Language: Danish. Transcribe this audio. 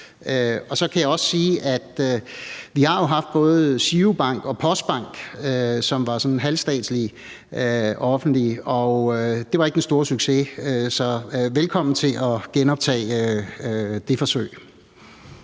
Og så kan jeg også sige, at vi både har haft GiroBank og en postbank, som var sådan halvstatslige og -offentlige, og det var ikke den store succes. Så man skal være velkommen til at gentage det forsøg.